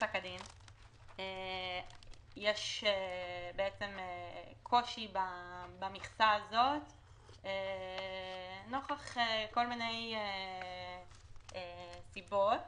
יש קושי במכסה מכל מיני סיבות.